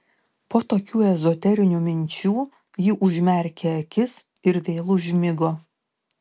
po tokių ezoterinių minčių ji užmerkė akis ir vėl užmigo